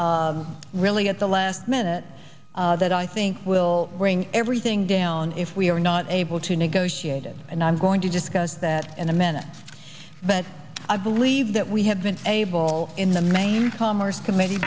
in really at the last minute that i think will bring everything down if we are not able to negotiate it and i'm going to discuss that in a minute but i believe that we have been able in the main commerce committee